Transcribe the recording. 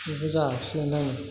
बेबो जायाखिसै नै